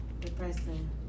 depressing